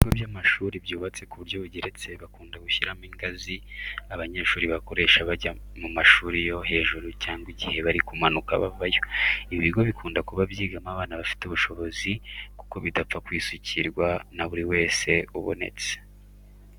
Ibigo by'amashuri byubatse mu buryo bugeretse bakunda gushyiramo ingazi abanyeshuri bakoresha bajya mu mashuri yo hejuru cyangwa igihe bari kumanuka bavayo. Ibi bigo bikunda kuba byigamo abana bafite ubushobozi kuko bidapfa kwisukirwa na buri wese ubonetse.